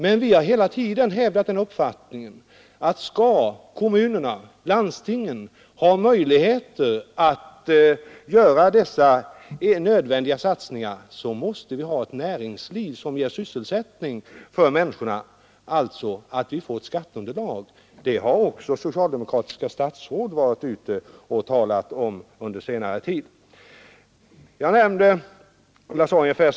Men vi har hela tiden hävdat den uppfattningen att skall kommunerna och landstingen ha möjligheter att göra dessa nödvändiga satsningar, måste vi ha ett näringsliv som ger sysselsättning för människor så att vi får ett skatteunderlag. Även socialdemokratiska statsråd har under senare tid varit ute i landet och talat om detta.